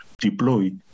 deploy